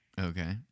Okay